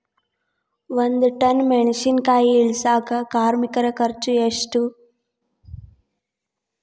ಒಂದ್ ಟನ್ ಮೆಣಿಸಿನಕಾಯಿ ಇಳಸಾಕ್ ಕಾರ್ಮಿಕರ ಖರ್ಚು ಎಷ್ಟು?